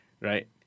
Right